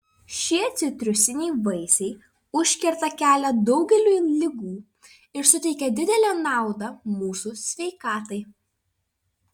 šie citrusiniai vaisiai užkerta kelią daugeliui ligų ir suteikia didelę naudą mūsų sveikatai